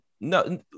no